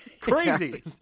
crazy